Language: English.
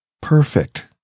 Perfect